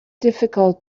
difficult